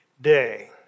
day